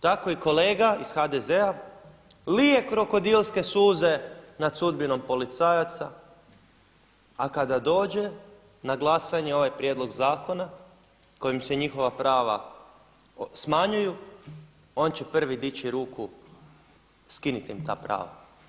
Tako i kolega iz HDZ-a lije krokodilske suze nad sudbinom policajaca a kad dođe na glasanje ovaj prijedlog zakona kojim se njihova prava smanjuju, on će prvi dići ruku skinite im ta prava.